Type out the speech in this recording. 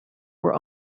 were